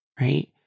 right